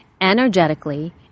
energetically